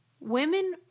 women